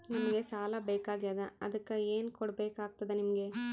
ನಮಗ ಸಾಲ ಬೇಕಾಗ್ಯದ ಅದಕ್ಕ ಏನು ಕೊಡಬೇಕಾಗ್ತದ ನಿಮಗೆ?